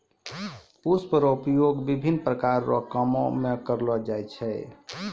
पुष्प रो उपयोग विभिन्न प्रकार रो कामो मे करलो जाय छै